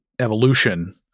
evolution